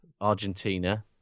Argentina